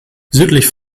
südlich